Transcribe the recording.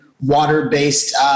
water-based